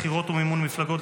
בחירות ומימון מפלגות,